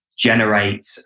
generate